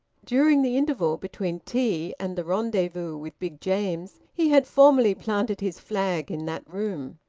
during the interval between tea and the rendezvous with big james he had formally planted his flag in that room.